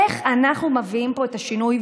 איך אנחנו מביאים פה את השינוי?